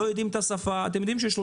לא יודעים את השפה אתם יודעים ש-30%